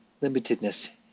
limitedness